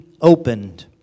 opened